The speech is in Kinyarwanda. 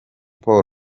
paul